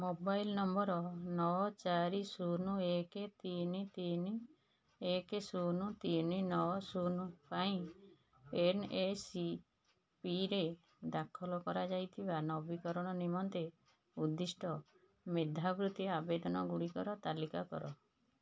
mobile number ନଅ ଚାରି ଶୂନ ଏକ ତିନି ତିନି ଏକ ଶୂନ ତିନି ନଅ ଶୂନ ପାଇଁ ଏନ୍ଏସ୍ପିରେ ଦାଖଲ କରାଯାଇଥିବା ନବୀକରଣ ନିମନ୍ତେ ଉଦ୍ଦିଷ୍ଟ ମେଧାବୃତ୍ତି ଆବେଦନଗୁଡ଼ିକର ତାଲିକା କର